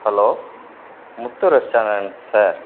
hello Muthu ரெஸ்டாரண்ட்ஸா